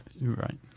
Right